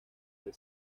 del